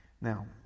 Now